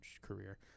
career